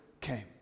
came